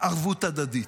ערבות הדדית,